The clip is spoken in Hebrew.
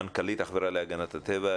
מנכ"לית החברה להגנת הטבע.